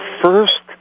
first